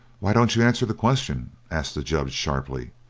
why don't you answer the question? asked the judge sharply.